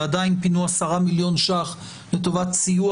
ועדיין פינו 10 מיליון שקלים לטובת סיוע